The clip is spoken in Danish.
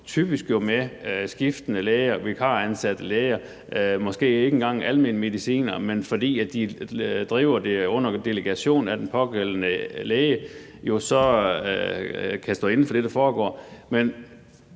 typisk med skiftende læger, vikaransatte læger, måske ikke engang almen medicinere – men at de, fordi klinikken drives under delegation af den pågældende læge, jo så kan stå inde for det, der foregår.